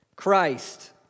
Christ